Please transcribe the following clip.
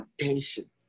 attention